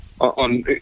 on